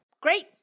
Great